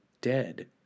dead